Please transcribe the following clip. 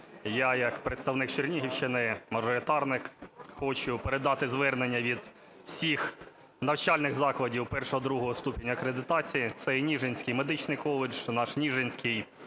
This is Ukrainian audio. я як представник Чернігівщини, мажоритарник, хочу передати звернення від всіх навчальних закладів І-ІІ ступеня акредитації: це і Ніжинський медичний коледж, наш Ніжинський